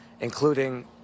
including